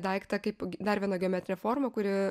daiktą kaip dar vieną geometrinę formą kuri